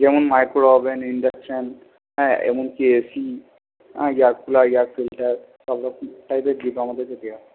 যেমন microwave oven induction এবং AC air cooler air filter সব রকম টাইপের গিফট আমাদেরকে দেওয়া হয়